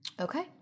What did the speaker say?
Okay